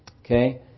Okay